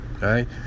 Right